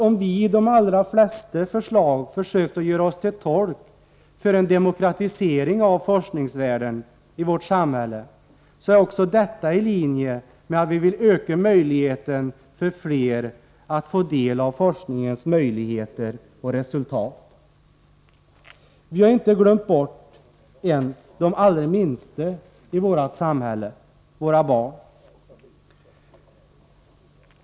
Om vi i de allra flesta förslag försökt att göra oss till tolk för en demokratisering av forskningsvärlden i vårt samhälle, är också detta i linje med att vi vill öka förutsättningarna för fler att få del av forskningens möjligheter och resultat. Vi har inte glömt bort ens de allra minsta i vårt samhälle — våra barn.